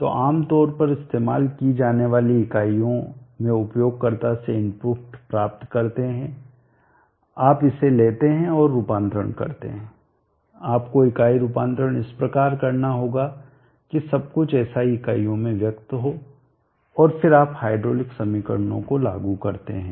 तो आम तौर पर इस्तेमाल की जाने वाली इकाइयों में उपयोगकर्ता से इनपुट प्राप्त करते है आप इसे लेते हैं और रूपांतरण करते हैं आपको इकाई रूपांतरण इस प्रकार करना होगा कि सब कुछ एसआई इकाइयों में व्यक्त हो और फिर आप हाइड्रोलिक समीकरणों को लागू करते हैं